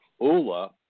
ULA